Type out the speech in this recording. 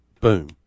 boom